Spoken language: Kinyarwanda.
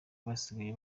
basigaye